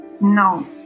No